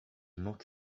not